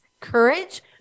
courage